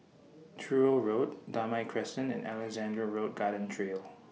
Truro Road Damai Crescent and Alexandra Road Garden Trail